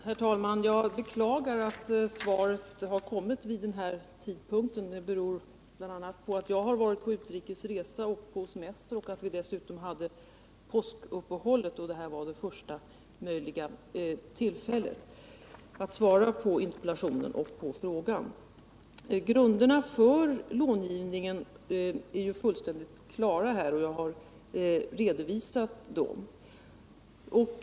Herr talman! Jag beklagar att svaret lämnats vid denna tidpunkt. Det beror bl.a. på att jag har varit på utrikesresa och på semester samt på att vi dessutom haft påskuppehåll. Därför var detta det första tillfället att svara på interpellationen och frågan. Grunderna för långivningen är fullständigt klara, och jag har också redovisat dessa.